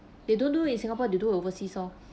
they don't do in singapore they do overseas oh